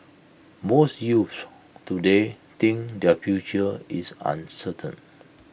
most youths today think their future is uncertain